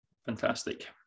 fantastic